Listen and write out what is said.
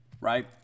right